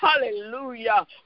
hallelujah